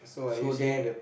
so that